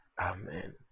Amen